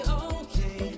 okay